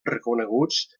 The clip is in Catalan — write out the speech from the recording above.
reconeguts